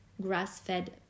grass-fed